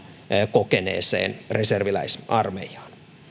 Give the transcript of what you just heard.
kokeneeseen reserviläisarmeijaan